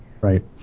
Right